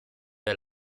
der